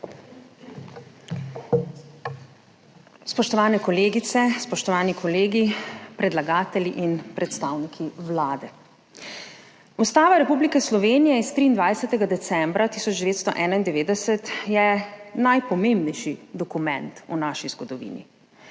Spoštovane kolegice, spoštovani kolegi, predlagatelji in predstavniki Vlade! Ustava Republike Slovenije s 23. decembra 1991 je najpomembnejši dokument v naši zgodovini.